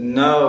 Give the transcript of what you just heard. no